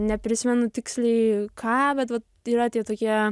neprisimenu tiksliai ką bet tai yra tie tokie